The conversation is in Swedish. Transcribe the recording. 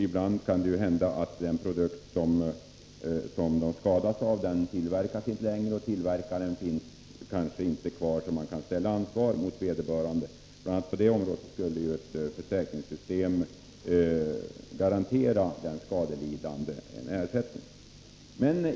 Ibland kan det hända att den produkt som de skadats av inte tillverkas längre och att tillverkaren kanske inte finns kvar, så att han kan ställas till ansvar. Bl. a. i sådana fall skulle ett försäkringssystem garantera den skadelidande en ersättning.